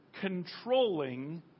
controlling